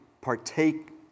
partake